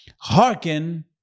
Hearken